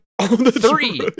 Three